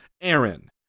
Aaron